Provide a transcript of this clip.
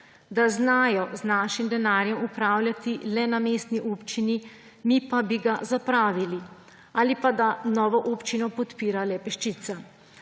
da znajo z našim denarjem upravljati le na mestni občini, mi pa bi ga zapravili. Ali pa da novo občino podpira le peščica.